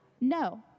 No